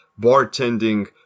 bartending